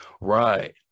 Right